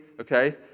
okay